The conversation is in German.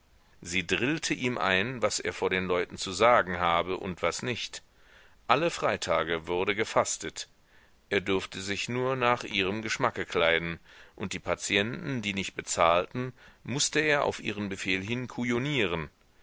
sie drillte ihm ein was er vor den leuten zu sagen habe und was nicht alle freitage wurde gefastet er durfte sich nur nach ihrem geschmacke kleiden und die patienten die nicht bezahlten mußte er auf ihren befehl